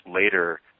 later